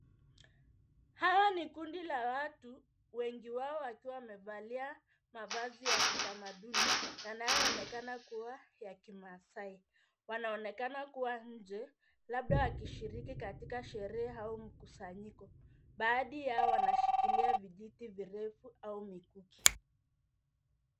Hayo ni kundi la watu wengi wao wakiwa wamevalia mavazi ya kitamaduni yanayoonekana kuwa ya kimasai. Wanaonekana kuwa nje labda wakishiriki katika sherehe au mkusanyiko. Baadhi yao wanashikilia vijiti virefu au mikuki.